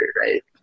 right